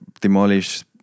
demolish